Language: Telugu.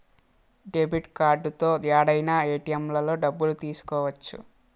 డెబిట్ కార్డుతో యాడైనా ఏటిఎంలలో డబ్బులు తీసుకోవచ్చు